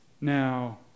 Now